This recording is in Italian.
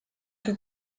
che